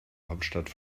hauptstadt